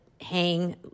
hang